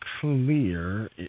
clear